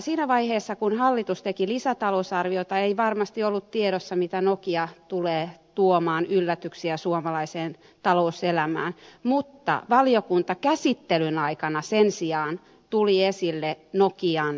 siinä vaiheessa kun hallitus teki lisätalousarviota ei varmasti ollut tiedossa mitä yllätyksiä nokia tulee tuomaan suomalaiseen talouselämään mutta sen sijaan valiokuntakäsittelyn aikana tuli esille nokian tilanne